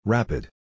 Rapid